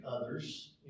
others